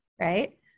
Right